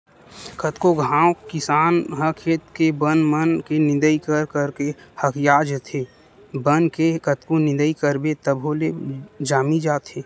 कतको घांव किसान ह खेत के बन मन के निंदई कर करके हकिया जाथे, बन के कतको निंदई करबे तभो ले जामी जाथे